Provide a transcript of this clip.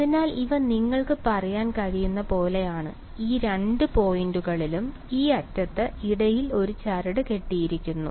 അതിനാൽ ഇവ നിങ്ങൾക്ക് പറയാൻ കഴിയുന്ന പോലെയാണ് ഈ രണ്ട് പോയിന്റുകളിലും ഈ അറ്റത്തിന് ഇടയിൽ ഒരു ചരട് കെട്ടിയിരിക്കുന്നു